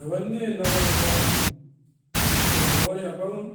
Evan ne nauari apaun, o nauari apaun?